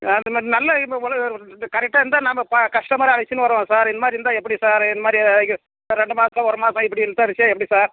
நல்லா கரெக்டா இருந்தால் நாம் பா கஸ்டமரை அழைச்சின்னு வருவோம் சார் இது மாதிரி இருந்தால் எப்படி சார் இது மாதிரி ரெண்டு மாசம் ஒரு மாசம் இப்படி இழுத்தடிச்சா எப்படி சார்